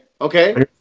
okay